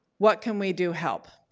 what can we do? help.